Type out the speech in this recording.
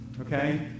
Okay